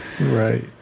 right